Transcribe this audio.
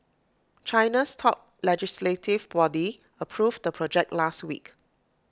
China's top legislative body approved the project last week